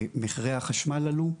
מחירי החשמל עלו.